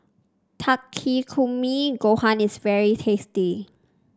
Takikomi Gohan is very tasty